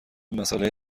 مسئله